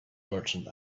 merchant